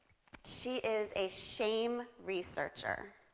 she is a shame researcher,